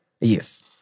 Yes